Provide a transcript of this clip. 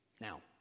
Now